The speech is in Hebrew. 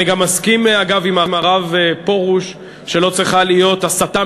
אני גם מסכים עם הרב פרוש שלא צריכה להיות הסתה,